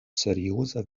serioza